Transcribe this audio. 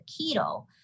keto